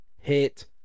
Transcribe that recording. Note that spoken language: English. hit